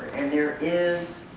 and there is